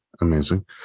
amazing